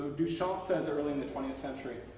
duchamp says early in the twentieth century,